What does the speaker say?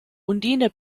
undine